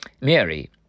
Mary